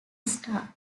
sta